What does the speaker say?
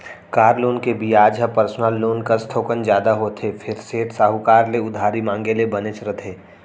car loan के बियाज ह पर्सनल लोन कस थोकन जादा होथे फेर सेठ, साहूकार ले उधारी मांगे ले बनेच रथे